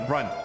Run